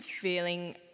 feeling